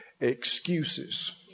excuses